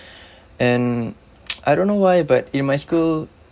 and I don't know why but in my school